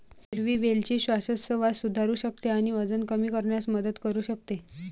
हिरवी वेलची श्वासोच्छवास सुधारू शकते आणि वजन कमी करण्यास मदत करू शकते